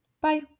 bye